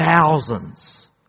thousands